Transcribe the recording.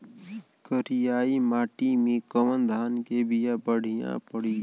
करियाई माटी मे कवन धान के बिया बढ़ियां पड़ी?